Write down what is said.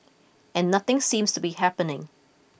and nothing seems to be happening